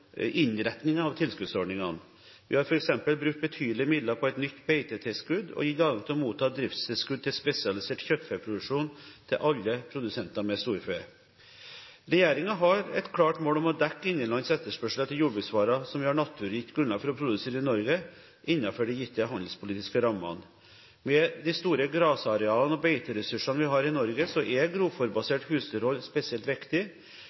av tilskuddsordningene. Vi har f.eks. brukt betydelige midler på et nytt beitetilskudd og gitt adgang til å motta driftstilskudd til spesialisert kjøttfeproduksjon til alle produsenter med storfe. Regjeringen har et klart mål om å dekke innenlandsk etterspørsel etter jordbruksvarer som vi har naturgitt grunnlag for å produsere i Norge, innenfor de gitte handelspolitiske rammene. Med de store grasarealene og beiteressursene vi har i Norge, er grovfôrbasert husdyrhold spesielt viktig.